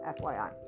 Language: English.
FYI